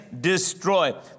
destroy